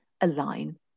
align